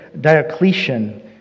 Diocletian